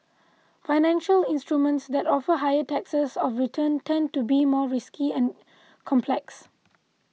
financial instruments that offer higher rates of return tend to be more risky and complex